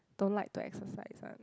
don't like to exercise one